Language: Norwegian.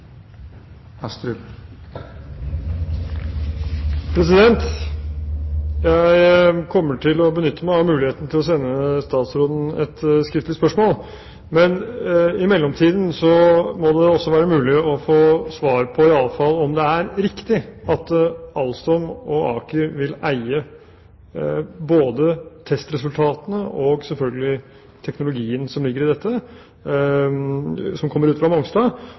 Jeg kommer til å benytte meg av muligheten til å sende statsråden et skriftlig spørsmål, men i mellomtiden må det også være mulig iallfall å få svar på om det er riktig at ALSTOM og Aker vil eie både testresultatene og – selvfølgelig – teknologien som ligger i dette, som kommer ut fra Mongstad,